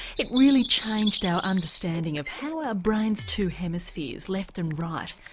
it really changed our understanding of how our brain's two hemispheres, left and right,